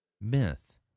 myth